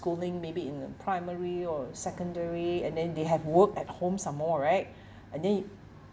schooling maybe in the primary or secondary and then they have work at home some more right but then you